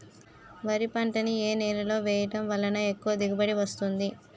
వరి పంట ని ఏ నేలలో వేయటం వలన ఎక్కువ దిగుబడి వస్తుంది?